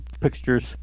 pictures